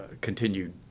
continued